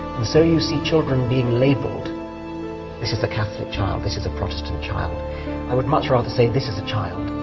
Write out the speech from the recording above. and so you see children being labeled this is the catholic child. this is a protestant child i would much rather say this as a child